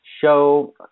show